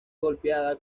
golpeada